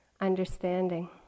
understanding